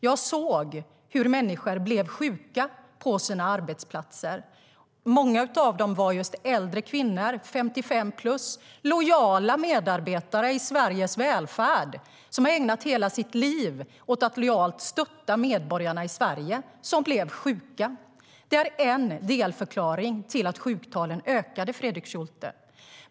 Jag såg hur människor blev sjuka på sina arbetsplatser. Många av dem var äldre kvinnor, 55-plus, och lojala medarbetare i Sveriges välfärd, som ägnat hela sitt liv åt att lojalt stötta medborgarna i Sverige. De blev sjuka. Det är en delförklaring till att sjuktalen ökade, Fredrik Schulte.